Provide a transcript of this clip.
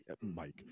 Mike